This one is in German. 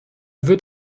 wird